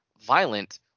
violent